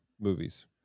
movies